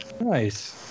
Nice